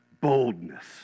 boldness